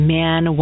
man